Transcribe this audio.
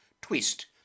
twist